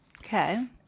okay